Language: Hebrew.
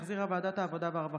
שהחזירה ועדת העבודה והרווחה.